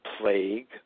plague